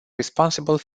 responsible